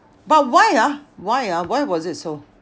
but why ah why ah why was it so